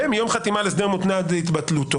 ומיום חתימה על הסדר מותנה עד להתבטלותו.